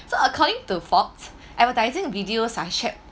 so according to Fox advertising videos are shared